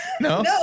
no